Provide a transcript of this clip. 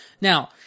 Now